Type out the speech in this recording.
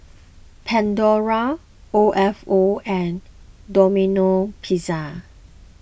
Pandora O F O and Domino Pizza